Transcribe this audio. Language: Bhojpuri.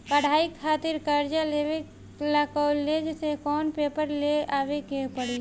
पढ़ाई खातिर कर्जा लेवे ला कॉलेज से कौन पेपर ले आवे के पड़ी?